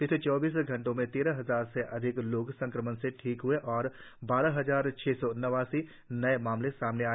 पिछले चौबीस घंटों में तेरह हजार से अधिक लोग संक्रमण से ठीक हए और बारह हजार छह सौ नवासी नए मामले सामने आए